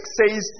says